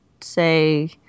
say